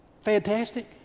fantastic